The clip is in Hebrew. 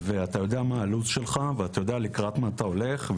אתה יודע מה הלו״ז שלך ולקראת מה אתה הולך.